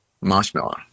marshmallow